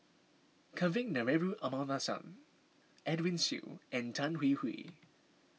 Kavignareru Amallathasan Edwin Siew and Tan Hwee Hwee